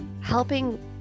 helping